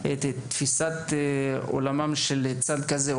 את תפיסת עולמם של צד כזה,